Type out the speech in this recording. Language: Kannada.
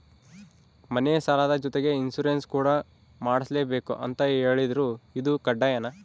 ಮನೆ ಸಾಲದ ಜೊತೆಗೆ ಇನ್ಸುರೆನ್ಸ್ ಕೂಡ ಮಾಡ್ಸಲೇಬೇಕು ಅಂತ ಹೇಳಿದ್ರು ಇದು ಕಡ್ಡಾಯನಾ?